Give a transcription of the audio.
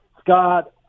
Scott